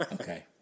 Okay